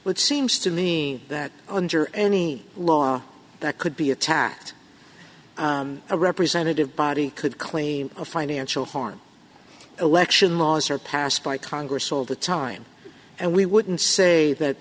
which seems to me that under any law that could be attacked a representative body could claim a financial harm election laws are passed by congress all the time and we wouldn't say that